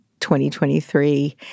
2023